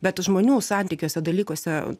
bet žmonių santykiuose dalykuose